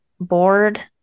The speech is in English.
bored